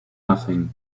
nothing